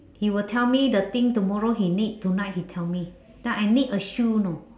he will tell me the thing tomorrow he need tonight he tell me like I need a shoe know